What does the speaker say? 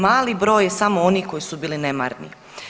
Mali broj je samo onih koji su bili nemarni.